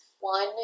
One